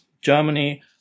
Germany